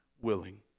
willing